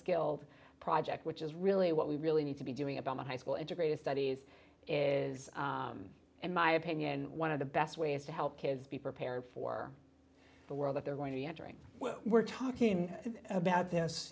failed project which is really what we really need to be doing about my high school educated studies is in my opinion one of the best ways to help kids be prepared for the world that they're going to be entering well we're talking about this